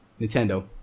nintendo